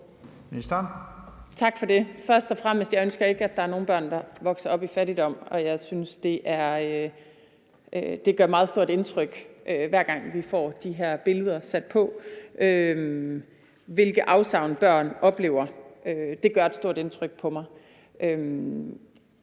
Tak for det. Først og fremmest ønsker jeg ikke, at der er nogen børn, der vokser op i fattigdom. Jeg synes, det gør meget stort indtryk, hver gang vi får de her billeder sat på, hvilke afsavn børn oplever. Det gør et stort indtryk på mig.